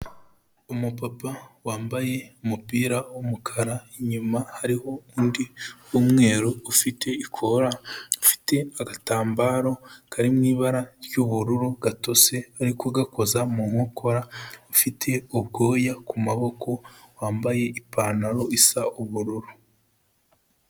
Umupapa wambaye umupira w'umukara inyuma hariho undi w'umweru, ufite ikora, ufite agatambaro kari mu ibara ry'ubururu gatose, ari kugakoza mu nkokora, afite ubwoya ku maboko, wambaye ipantaro isa ubururu.